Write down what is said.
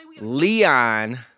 Leon